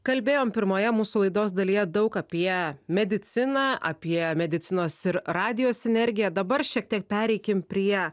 kalbėjom pirmoje mūsų laidos dalyje daug apie mediciną apie medicinos ir radijo sinergiją dabar šiek tiek pereikime prie